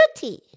Beauty